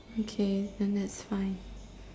okay then that's fine